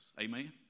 amen